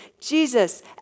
Jesus